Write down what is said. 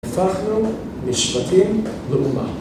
‫הפכנו משבטים לאומה.